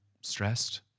stressed